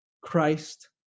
Christ